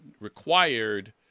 required